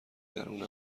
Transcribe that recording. درون